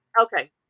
Okay